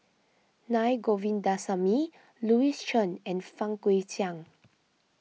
Naa Govindasamy Louis Chen and Fang Guixiang